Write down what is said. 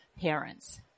parents